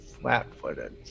flat-footed